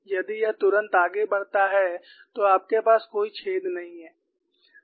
यदि यह तुरंत आगे बढ़ता है तो आपके पास कोई छेद नहीं है